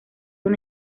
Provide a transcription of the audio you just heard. una